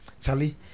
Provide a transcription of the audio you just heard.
charlie